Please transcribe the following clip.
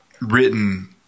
written